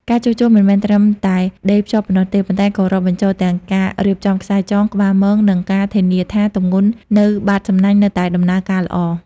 ការជួសជុលមិនមែនត្រឹមតែដេរភ្ជាប់ប៉ុណ្ណោះទេ ប៉ុន្តែក៏រាប់បញ្ចូលទាំងការរៀបចំខ្សែចង ក្បាលមង និងការធានាថាទម្ងន់នៅបាតសំណាញ់នៅតែដំណើរការល្អ។